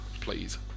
please